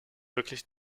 wirklich